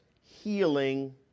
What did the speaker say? healing